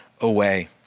away